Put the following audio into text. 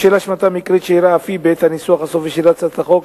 בשל השמטה מקרית שאירעה אף היא בעת הניסוח הסופי של הצעת החוק,